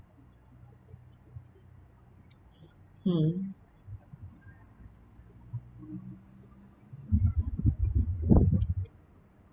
mm